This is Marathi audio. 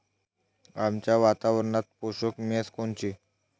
आमच्या वातावरनात पोषक म्हस कोनची?